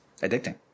addicting